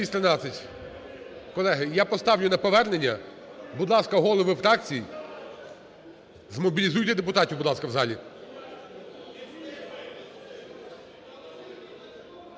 Колеги, я поставлю на повернення. Будь ласка, голови фракцій, змобілізуйте депутатів, будь ласка, у залі.